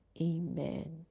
Amen